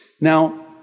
Now